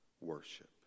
worship